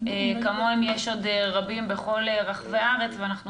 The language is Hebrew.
כמוהם יש עוד רבים בכל רחבי הארץ ואנחנו